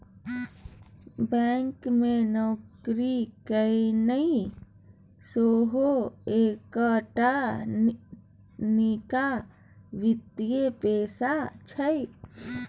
bank मे नौकरी केनाइ सेहो एकटा नीक वित्तीय पेशा छै